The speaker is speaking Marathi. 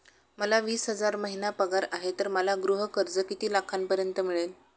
मला वीस हजार महिना पगार आहे तर मला गृह कर्ज किती लाखांपर्यंत मिळेल?